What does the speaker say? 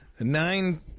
Nine